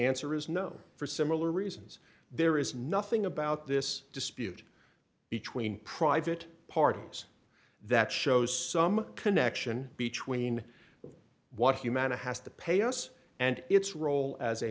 answer is no for similar reasons there is nothing about this dispute between private parties that shows some connection between what humana has to pay us and its role as a